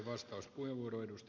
arvoisa puhemies